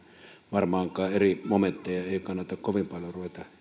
varmaankaan eri momentteja ei kannata kovin paljon ruveta